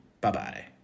Bye-bye